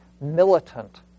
militant